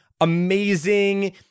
amazing